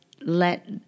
let